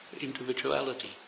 individuality